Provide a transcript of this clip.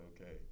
okay